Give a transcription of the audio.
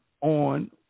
on